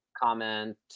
comment